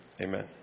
Amen